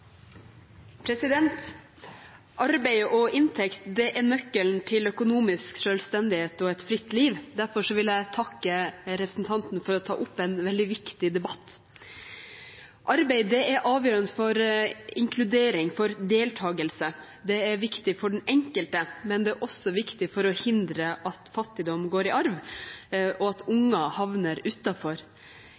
nøkkelen til økonomisk selvstendighet og et fritt liv. Derfor vil jeg takke representanten Helga Pedersen for å ta opp en veldig viktig debatt. Arbeid er avgjørende for inkludering, for deltakelse. Det er viktig for den enkelte, men det er også viktig for å hindre at fattigdom går i arv, og at unger havner